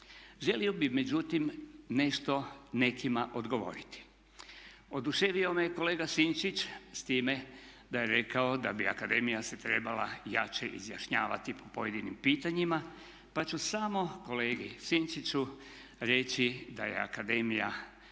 Želio bih međutim nešto nekima odgovoriti. Oduševio me kolega Sinčić s time da je rekao da bi akademija se trebala jače izjašnjavati po pojedinim pitanjima, pa ću samo kolegi Sinčiću reći da je akademija